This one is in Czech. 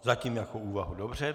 Zatím jako úvahu, dobře.